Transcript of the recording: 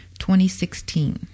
2016